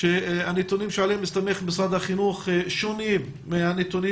שהנתונים שעליהם הסתמך משרד החינוך שונים מהנתונים